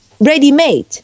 Ready-made